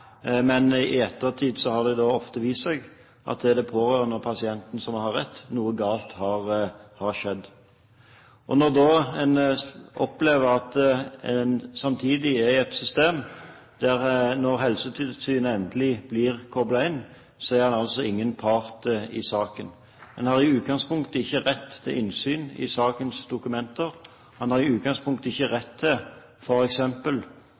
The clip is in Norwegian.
men i ettertid har det ofte vist seg at det er de pårørende og pasienten som har rett – noe galt har skjedd. Samtidig opplever man at man er i et system når Helsetilsynet endelig blir koblet inn; man er altså ikke part i saken. Man har i utgangspunktet ikke rett til innsyn i sakens dokumenter. Man har i utgangspunktet ikke